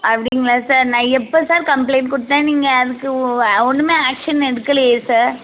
அப்படிங்களா சார் நான் எப்போ சார் கம்ப்ளைண்ட் கொடுத்தேன் நீங்கள் அதுக்கு ஒன்றுமே ஆக்ஷன் எடுக்கலையே சார்